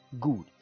good